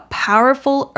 powerful